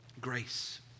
Grace